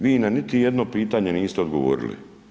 Vi na niti jedno pitanje niste odgovorili.